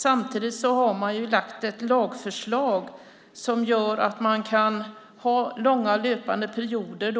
Samtidigt har man lagt fram ett lagförslag som gör att man kan ha långa löpande perioder